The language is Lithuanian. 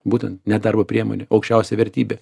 būtent ne darbo priemonė o aukščiausia vertybė